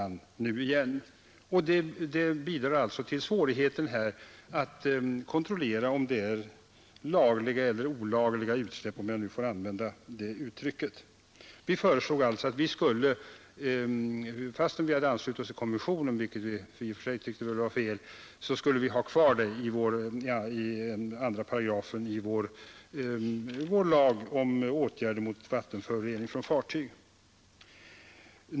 Det förhållandet att Sverige godkänt uppmjukningen bidrar till svårigheten att avgöra om ett utsläpp är lagligt eller olagligt — om jag får använda det uttrycket. Vi föreslog att vårt land — trots anslutningen till konventionen, vilken vi i och för sig ansåg felaktig — skulle ha bestämmelser i 2 § i lagen om åtgärder mot vattenförorening från fartyg, som förbjöd oljeutsläpp i Östersjön.